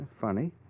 Funny